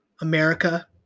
America